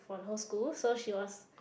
for the whole school so she was